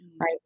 right